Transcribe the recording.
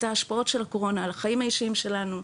את ההשפעות של הקורונה על החיים האישיים שלנו,